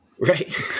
Right